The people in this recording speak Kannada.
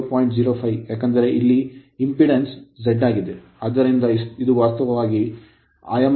05 Ω ಏಕೆಂದರೆ ಇಲ್ಲಿ impedance ಇಂಪೆಡಾನ್ಸ್ Z ಆಗಿದೆ